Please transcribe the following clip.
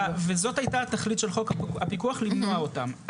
וזאת הייתה התכלית של חוק הפיקוח למנוע אותם.